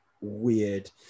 weird